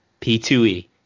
P2E